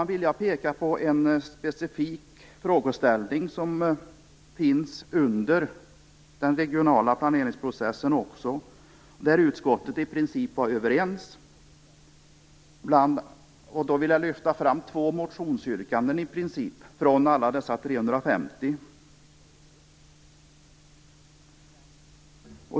Jag vill peka på en specifik frågeställning som finns under den regionala planeringsprocessen där utskottet i princip var överens. Jag vill lyfta fram två motionsyrkanden av alla dessa 350.